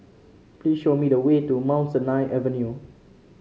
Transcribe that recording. please show me the way to Mount Sinai Avenue